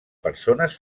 persones